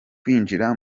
kwinjira